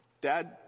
Dad